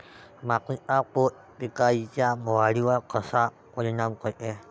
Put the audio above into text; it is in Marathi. मातीचा पोत पिकाईच्या वाढीवर कसा परिनाम करते?